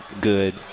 good